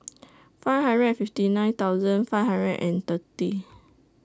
five hundred and fifty nine thousand five hundred and thirty